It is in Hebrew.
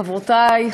חברותי,